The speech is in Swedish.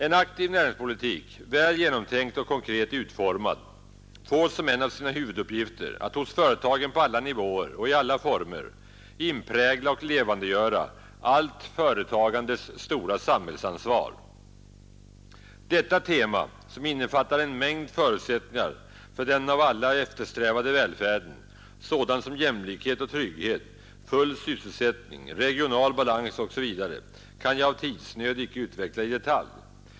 En aktiv näringspolitik, väl genomtänkt och konkret utformad, får som en av sina huvuduppgifter att hos företagen på alla nivåer och i alla former inprägla och levandegöra allt företagandes stora samhällsansvar. Detta tema, som innefattar en mängd förutsättningar för den av alla eftersträvande välfärden, sådant som jämlikhet och trygghet, full sysselsättning, regional balans osv., kan jag på grund av tidsnöd icke utveckla i detalj.